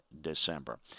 December